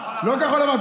לא כחול לבן,